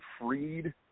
freed